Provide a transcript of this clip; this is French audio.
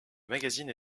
magazine